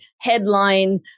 headline